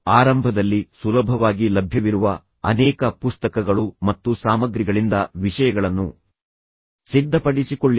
ಆರಂಭದಲ್ಲಿ ಸುಲಭವಾಗಿ ಲಭ್ಯವಿರುವ ಅನೇಕ ಪುಸ್ತಕಗಳು ಮತ್ತು ಸಾಮಗ್ರಿಗಳಿಂದ ವಿಷಯಗಳನ್ನು ಸಿದ್ಧಪಡಿಸಿಕೊಳ್ಳಿ